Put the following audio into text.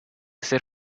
ser